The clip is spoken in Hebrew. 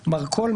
מרכול,